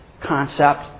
concept